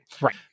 Right